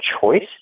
choice